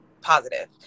positive